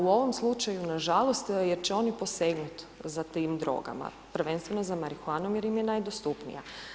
U ovom slučaju nažalost jer će oni posegnut za tim drogama, prvenstveno za marihuanom jer im je najdostupnija.